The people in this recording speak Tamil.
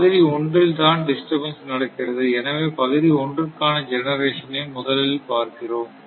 பகுதி ஒன்றில் தான் டிஸ்டர்பன்ஸ் நடக்கிறது எனவே பகுதி ஒன்றுக்கான ஜெனரேஷன் ஐ முதலில் பார்க்கிறோம்